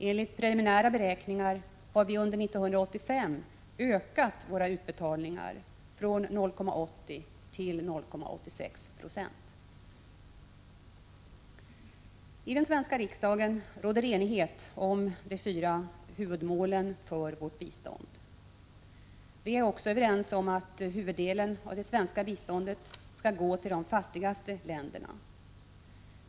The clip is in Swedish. Enligt preliminära beräkningar har vi under 1985 ökat våra utbetalningar från 0,80 till 0,86 96. I den svenska riksdagen råder enighet om de fyra huvudmålen för vårt bistånd. Vi är också överens om att huvuddelen av det svenska biståndet skall gå till de fattigaste länderna.